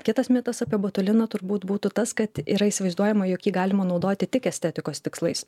kitas mitas apie botuliną turbūt būtų tas kad yra įsivaizduojama jog jį galima naudoti tik estetikos tikslais